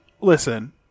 listen